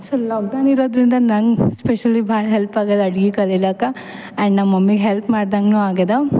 so ಲಾಕ್ಡೌನ್ನಿರೋದರಿಂದ ನಂಗೆ specially ಭಾಳ್ ಹೆಲ್ಪ್ ಆಗ್ಯದ ಅಡ್ಗಿ ಕಲಿಲಾಕ ಆ್ಯಂಡ್ ನಮ್ಮ ಮಮ್ಮಿಗೆ ಹೆಪ್ಲ್ ಮಾಡ್ದಂಗು ಆಗ್ಯದ